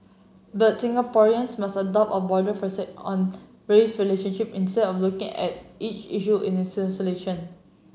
but Singaporeans must adopt a broader on race relationship instead of looking at each issue in isolation